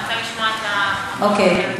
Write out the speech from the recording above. אני רוצה לשמוע את, בסדר.